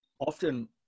Often